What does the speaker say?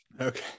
Okay